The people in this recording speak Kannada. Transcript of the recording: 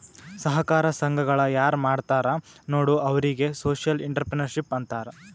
ಸಹಕಾರ ಸಂಘಗಳ ಯಾರ್ ಮಾಡ್ತಾರ ನೋಡು ಅವ್ರಿಗೆ ಸೋಶಿಯಲ್ ಇಂಟ್ರಪ್ರಿನರ್ಶಿಪ್ ಅಂತಾರ್